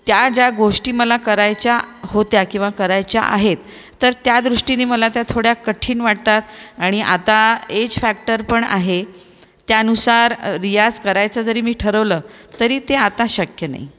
त्या ज्या गोष्टी मला करायच्या होत्या किंवा करायच्या आहेत तर त्या दृष्टीने मला त्या थोड्या कठीण वाटतात आणि आता एज फॅक्टर पण आहे त्यानुसार रियाज करायचं जरी मी ठरवलं तरी ते आता शक्य नाही